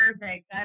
perfect